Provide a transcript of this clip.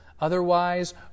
Otherwise